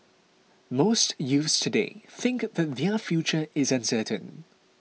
most youths today think that their future is uncertain